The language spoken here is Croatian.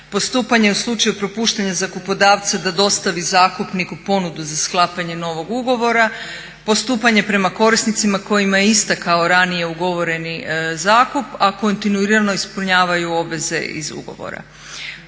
postupanje u slučaju propuštanja zakupodavca da dostavi zakupniku ponudu za sklapanje novog ugovora, postupanje prema korisnicima kojima je istekao ranije ugovoreni zakup, a kontinuirano ispunjavaju obaveze iz ugovora.